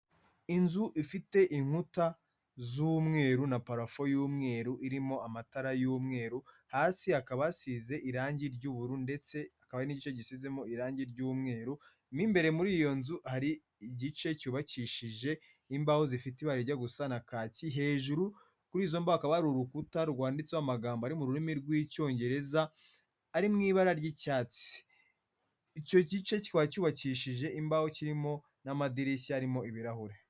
Inzu ifite inkuta z'umweru na parafo y'umweru, irimo amatara y'umweru, hasi hakaba yasize irangi ry'ubururu ndetse hakaba n'ice gishizemo irangi ry'umweru, mo imbere muri iyo nzu hari igice cyubakishije imbaho zifite ibara rijya gusa na kaki, hejuru kuri izo mbahu hakaba hari urukuta rwanditseho amagambo ari mu rurimi rw'icyongereza ari mu ibara ry'icyatsi. Icyo gice kiba cyubakishije imbaho kirimo n'amadirishya harimo ibirahuri.